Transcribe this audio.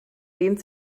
dehnt